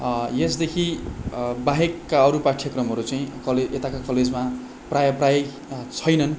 यसदेखि बाहेकका अरू पाठ्यक्रमहरू चाहिँ कले यताका कलेजमा प्रायः प्रायः छैनन्